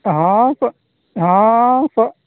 ᱦᱮᱸ ᱦᱮᱸ